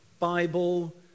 bible